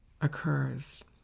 occurs